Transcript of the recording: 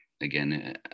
again